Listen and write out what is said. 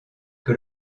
que